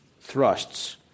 thrusts